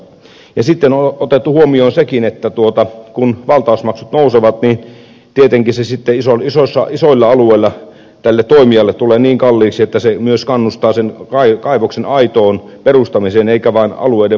sitten on otettu huomioon sekin kun valtausmaksut nousevat että tietenkin se sitten isoilla alueilla tälle toimijalle tulee niin kalliiksi että se myös kannustaa kaivoksen aitoon perustamiseen eikä vain alueiden valtaamisiin